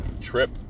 trip